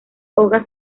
hojas